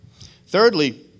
Thirdly